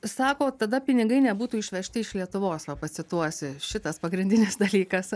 sakot tada pinigai nebūtų išvežti iš lietuvos pacituosiu šitas pagrindinis dalykas